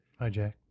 Hijack